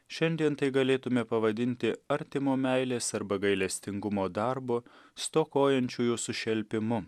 šiandien tai galėtumėme pavadinti artimo meilės arba gailestingumo darbu stokojančiųjų sušelpimu